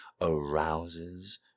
arouses